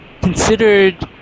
considered